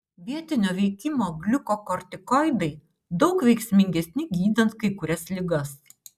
vietinio veikimo gliukokortikoidai daug veiksmingesni gydant kai kurias ligas